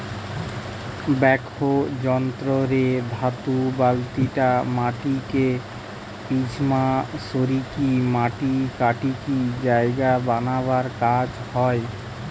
backhoe যন্ত্র রে ধাতু বালতিটা মাটিকে পিছনমা সরিকি মাটি কাটিকি জায়গা বানানার কাজ হয়